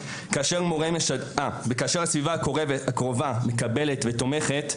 כאשר הסביבה הקרובה מקבלת ותומכת,